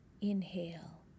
inhale